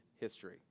history